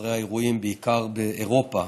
אחרי האירועים, בעיקר באירופה.